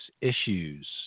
issues